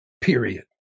period